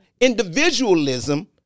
individualism